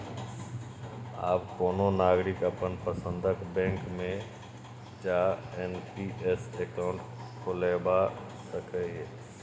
आब कोनो नागरिक अपन पसंदक बैंक मे जा एन.पी.एस अकाउंट खोलबा सकैए